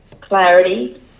clarity